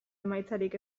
emaitzarik